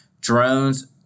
drones